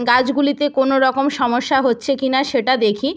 গাছগুলিতে কোনো রকম সমস্যা হচ্ছে কি না সেটা দেখি